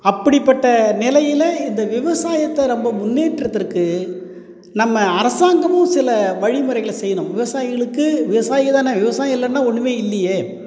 அப்படிப்பட்ட நிலையில இந்த விவசாயத்தை நம்ம முன்னேற்றத்துக்கு நம்ம அரசாங்கமும் சில வழிமுறைகளை செய்யணும் விவசாயிகளுக்கு விவசாயி தான விவசாயம் இல்லைன்னா ஒன்னுமே இல்லையே